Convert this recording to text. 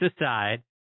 aside